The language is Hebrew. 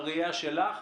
בראייה שלך,